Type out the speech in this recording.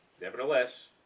Nevertheless